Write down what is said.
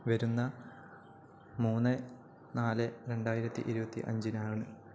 വരുന്ന മൂന്ന് നാല് രണ്ടായിരത്തി ഇരുപത്തി അഞ്ചിനാണ്